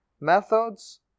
Methods